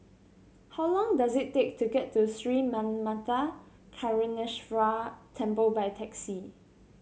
how long does it take to get to Sri Manmatha Karuneshvarar Temple by taxi